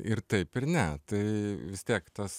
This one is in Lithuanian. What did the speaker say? ir taip ir ne tai vis tiek tas